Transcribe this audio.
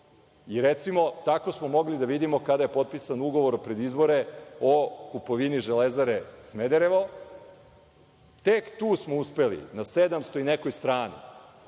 Recimo, tako smo mogli da vidimo kada je potpisan ugovor, pred izbore, o kupovini „Železare Smederevo“, tek tu smo uspeli na 700 i nekoj strani,